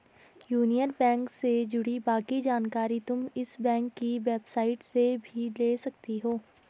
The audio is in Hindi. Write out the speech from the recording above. यूनियन बैंक से जुड़ी बाकी जानकारी तुम इस बैंक की वेबसाईट से भी ले सकती हो